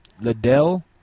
Liddell